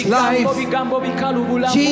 life